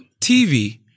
TV